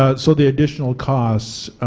ah so the additional cost,